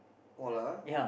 all ah